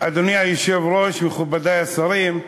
אדוני היושב-ראש, מכובדי השרים,